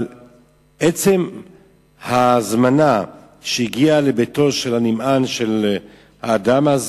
אבל עצם ההזמנה שהגיעה לביתו של הנמען, של האדם,